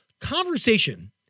Conversation